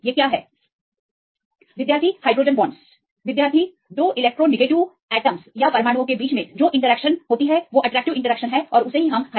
तो क्या है दो इलेक्ट्रो नाइट्रोजन परमाणु द्वारा साझा किया गया एक हाइड्रोजन यह इंटरेक्शन को आकर्षित करता है